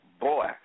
Boy